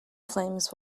flames